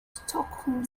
stockholm